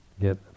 get